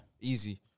easy